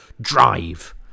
drive